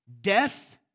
Death